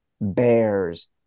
Bears